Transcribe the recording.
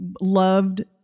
loved